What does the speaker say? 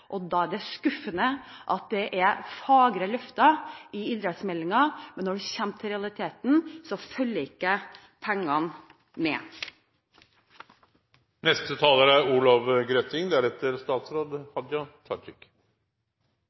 er skuffende at det er fagre løfter i idrettsmeldingen, men at når det kommer til realiteter, følger ikke pengene med. Idrett er